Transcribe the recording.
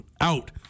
out